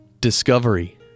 discovery